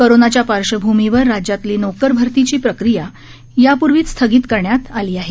कोरोनाच्या पार्श्वभूमीवर राज्यातली नोकर भरतीची प्रक्रिया यापूर्वीच स्थगित करण्यात आलेली आहे